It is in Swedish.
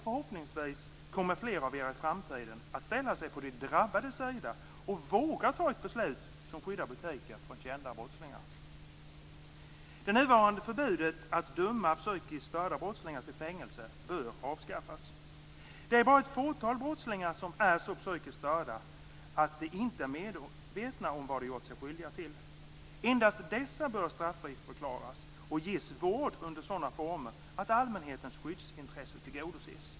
Förhoppningsvis kommer i framtiden fler av er att ställa er på de drabbades sida och våga ta ett beslut som skyddar butiker från kända brottslingar. Det nuvarande förbudet att döma psykiskt störda brottslingar till fängelse bör avskaffas. Det är bara ett fåtal brottslingar som är så psykiskt störda att de inte är medvetna om vad de har gjort sig skyldiga till. Endast dessa bör straffriförklaras och ges vård under sådana former att allmänhetens skyddsintresse tillgodoses.